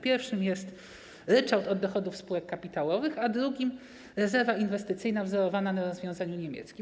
Pierwszym jest ryczałt od dochodów spółek kapitałowych, a drugim rezerwa inwestycyjna wzorowana na rozwiązaniu niemieckim.